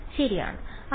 വിദ്യാർത്ഥി ശരിയാണ്